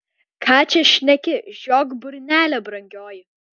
ką čia šneki žiok burnelę brangioji